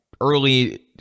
early